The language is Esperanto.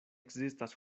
ekzistas